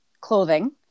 clothing